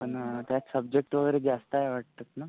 पण त्यात सब्जेक्ट वगैरे जास्त आहे वाटतात ना